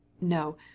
No